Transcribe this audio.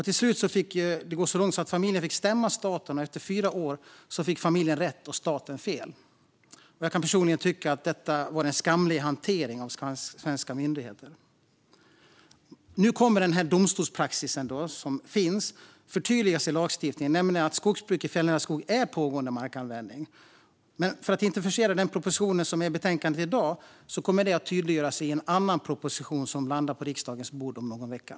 Till slut gick det så långt att familjen fick stämma staten, och efter fyra år fick familjen rätt och staten fel. Jag kan personligen tycka att detta var en skamlig hantering av svenska myndigheter. Nu kommer den domstolspraxis som finns att förtydligas i lagstiftning så att skogsbruk i fjällnära skog anses vara pågående markanvändning. För att inte försena propositionen i dagens betänkande kommer detta att tydliggöras i en annan proposition som landar på riksdagens bord om någon vecka.